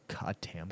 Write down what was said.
goddamn